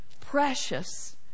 precious